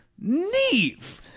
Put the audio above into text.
Neve